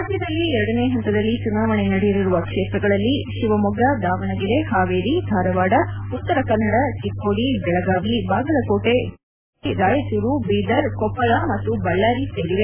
ರಾಜ್ಯದಲ್ಲಿ ಎರಡನೇ ಹಂತದಲ್ಲಿ ಚುನಾವಣೆ ನಡೆಯಲಿರುವ ಕ್ಷೇತ್ರಗಳಲ್ಲಿ ಶಿವಮೊಗ್ಗ ದಾವಣಗೆರೆ ಹಾವೇರಿ ಧಾರವಾಡ ಉತ್ತರ ಕನ್ನಡ ಚಿಕ್ಕೋಡಿ ಬೆಳಗಾವಿ ಬಾಗಲಕೋಟೆ ವಿಜಯಪುರ ಕಲಬುರಗಿ ರಾಯಚೂರು ಬೀದರ್ ಕೊಪ್ಪಳ ಮತ್ತು ಬಳ್ದಾರಿ ಸೇರಿವೆ